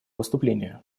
выступление